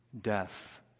death